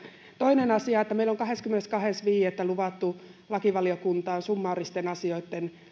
toinen asia on että meille on kahdeskymmenestoinen viidettä luvattu lakivaliokuntaan summaaristen asioitten